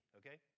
okay